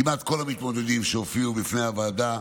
כמעט כל המתמודדים שהופיעו בפני הוועדה,